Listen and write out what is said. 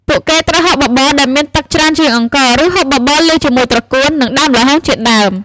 ពួកគេត្រូវហូបបបរដែលមានទឹកច្រើនជាងអង្ករ ឬហូបបបរលាយជាមួយត្រកួន និង ដើមល្ហុងជាដើម។